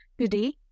Today